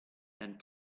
and